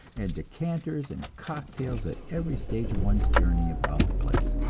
and decanters and cocktails at every stage of one's journey about the place,